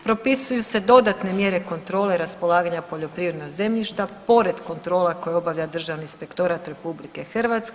Propisuju se dodatne mjere kontrole raspolaganja poljoprivredna zemljišta pored kontrola koje obavlja Državni inspektorat RH.